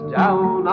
down